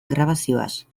grabazioaz